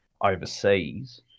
overseas